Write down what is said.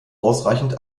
ausreichend